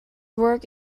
work